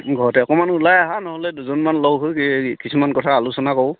ঘৰতে অকণমান ওলাই আহা নহ'লে দুজনমান লগ হৈ এই কিছুমান কথা আলোচনা কৰোঁ